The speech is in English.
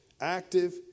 active